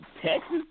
Texas